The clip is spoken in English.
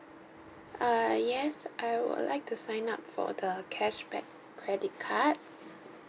uh yes I would like to sign up for the cashback credit card